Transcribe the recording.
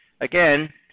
again